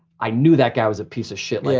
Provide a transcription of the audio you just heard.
i knew that guy was a piece of shit. yeah